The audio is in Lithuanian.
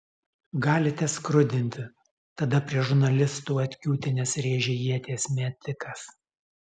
galite skrudinti tada prie žurnalistų atkiūtinęs rėžė ieties metikas